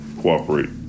cooperate